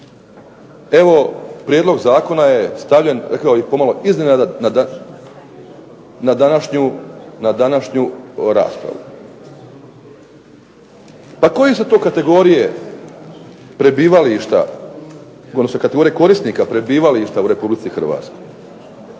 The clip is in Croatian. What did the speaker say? evo prijedlog zakona je stavljen pomalo iznenada na današnju raspravu. Pa koje su to kategorije prebivališta odnosno kategorije korisnika prebivališta u Republici Hrvatskoj?